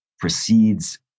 proceeds